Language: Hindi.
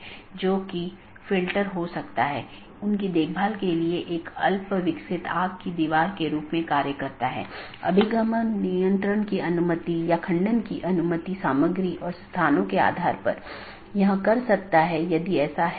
अगर जानकारी में कोई परिवर्तन होता है या रीचचबिलिटी की जानकारी को अपडेट करते हैं तो अपडेट संदेश में साथियों के बीच इसका आदान प्रदान होता है